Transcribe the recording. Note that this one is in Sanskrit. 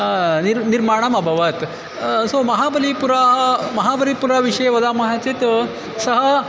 निर् निर्माणम् अबवत् सो महाबलिपुरं महाबलिपुर विषये वदामः चेत् सः